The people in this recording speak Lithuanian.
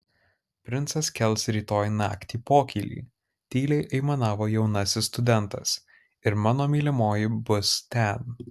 princas kels rytoj naktį pokylį tyliai aimanavo jaunasis studentas ir mano mylimoji bus ten